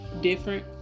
different